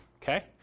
Okay